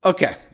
Okay